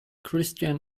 christian